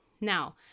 Now